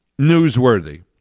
newsworthy